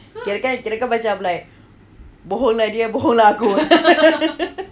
kirakan kirakan macam like bohong lah dia bohong lah aku